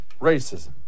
racism